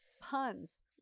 Puns